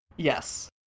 yes